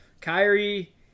Kyrie